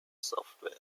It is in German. software